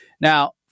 Now